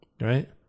Right